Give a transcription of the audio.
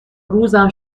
روزم